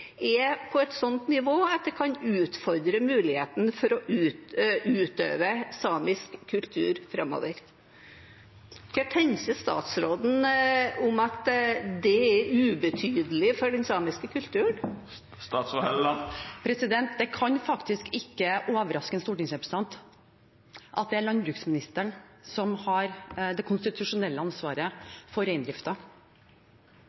er på et nivå som kan utfordre muligheten for å utøve samisk kultur framover. Hva tenker statsråden om det? Er det ubetydelig for den samiske kulturen? Det kan faktisk ikke overraske en stortingsrepresentant at det er landbruksministeren som har det konstitusjonelle ansvaret